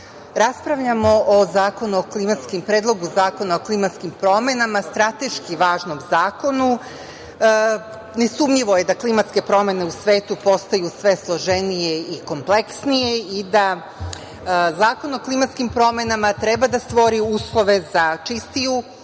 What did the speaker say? raspravljamo o Predlogu zakonu o klimatskim promenama, strateški važnom zakonu. Nesumnjivo je da klimatske promene u svetu postaju sve složenije i kompleksnije i da Zakon o klimatskim promenama treba da stvori uslove za čistiju